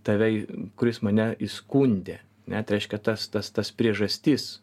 tave kuris mane įskundė ane tai reiškia tas tas tas priežastis